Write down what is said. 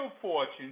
fortune